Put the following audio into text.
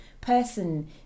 person